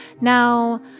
Now